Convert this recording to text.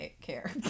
care